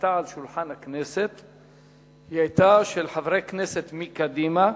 עלתה על שולחן הכנסת היא היתה של חברי כנסת מקדימה.